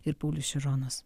ir paulius šironas